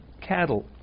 cattle